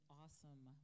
awesome